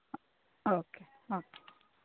okay okay